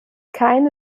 keine